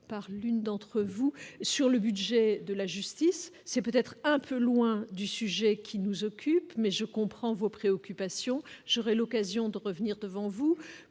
par l'une d'entre vous, sur le budget de la justice, c'est peut-être un peu loin du sujet qui nous occupe, mais je comprend vos préoccupations, j'aurai l'occasion de revenir devant vous